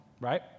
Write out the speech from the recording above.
right